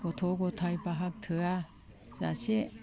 गथ' गथाइ बाहाग थोया जासे